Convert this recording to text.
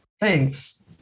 Thanks